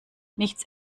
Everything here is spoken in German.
nichts